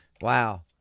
Wow